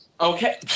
Okay